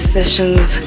sessions